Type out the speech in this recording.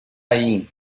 ahí